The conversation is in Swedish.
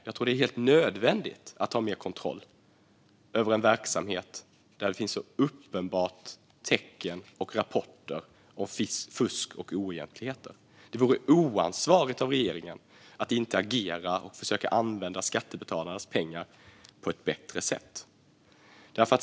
Jag tror att det är helt nödvändigt att ha mer kontroll över en verksamhet där det finns så uppenbara tecken på och rapporter om fusk och oegentligheter. Det vore oansvarigt av regeringen att inte agera och försöka använda skattebetalarnas pengar på ett bättre sätt.